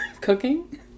cooking